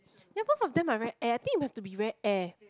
ya both of them are right and I think it must to be wear air